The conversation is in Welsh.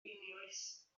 einioes